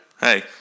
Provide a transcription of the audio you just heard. hey